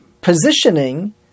positioning